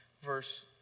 verse